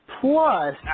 Plus